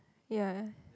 ya